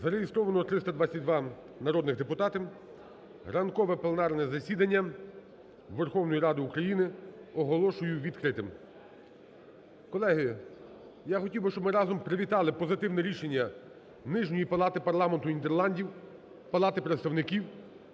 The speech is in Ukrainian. Зареєстровано 322 народних депутатів. Ранкове пленарне засідання Верховної Ради України оголошую відкритим. Колеги, я хотів би, щоб ми разом привітали позитивне рішення нижньої палати парламенту Нідерландів (Палати представників)